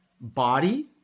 body